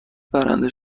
برنده